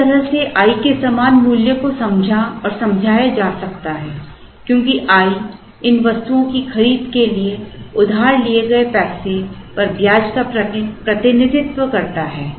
एक तरह से i के समान मूल्य को समझा और समझाया जा सकता है क्योंकि i इन वस्तुओं की खरीद के लिए उधार लिए गए पैसे पर ब्याज का प्रतिनिधित्व करता है